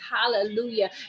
Hallelujah